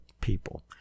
people